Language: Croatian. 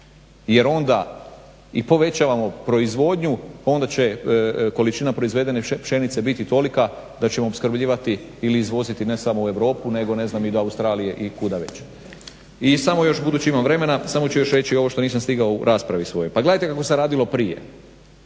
jer onda i povećavamo proizvodnju, onda će količina proizvedene pšenice biti tolika da ćemo opskrbljivati ili izvoziti ne samo u Europu nego ne znam i do Australije i kuda već. I samo još budući da imam vremena samo ću još reći ovo što nisam stigao u raspravi svojoj. Pa gledajte kako se radilo prije.